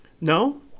No